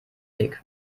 weg